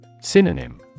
Synonym